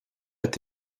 est